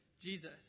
Jesus